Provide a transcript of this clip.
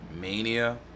mania